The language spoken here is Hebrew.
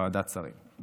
ועדת שרים.